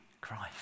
Christ